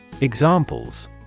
Examples